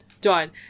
Done